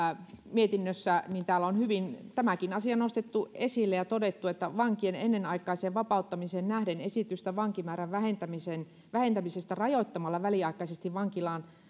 mietinnössä on hyvin tämäkin asia nostettu esille ja todettu vankien ennenaikaiseen vapauttamiseen nähden esitystä vankimäärän vähentämisestä vähentämisestä rajoittamalla väliaikaisesti vankilaan